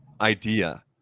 idea